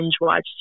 watch